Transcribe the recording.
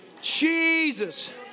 Jesus